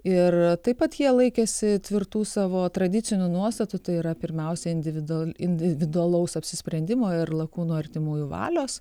ir taip pat jie laikėsi tvirtų savo tradicinių nuostatų tai yra pirmiausia individual individualaus apsisprendimo ir lakūno artimųjų valios